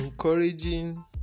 Encouraging